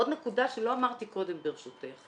עוד נקודה שלא אמרתי קודם, ברשותך.